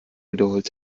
wiederholt